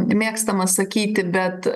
mėgstama sakyti bet